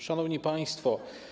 Szanowni Państwo!